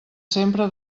sempre